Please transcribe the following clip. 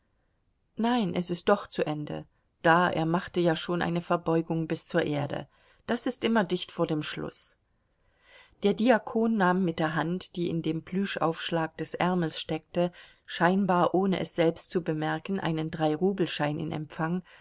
nein es ist doch zu ende da er machte ja schon eine verbeugung bis zur erde das ist immer dicht vor dem schluß der diakon nahm mit der hand die in dem plüschaufschlag des ärmels steckte scheinbar ohne es selbst zu bemerken einen dreirubelschein in empfang